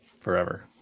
forever